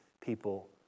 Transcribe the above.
people